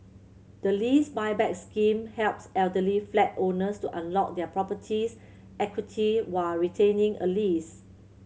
the Lease Buyback Scheme helps elderly flat owners to unlock their property's equity while retaining a lease